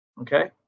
okay